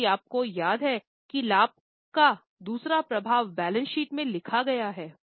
यदि आपको याद है कि लाभ का दूसरा प्रभाव बैलेंस शीट में लिखा गया है